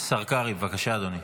השר קרעי, בבקשה, אדוני.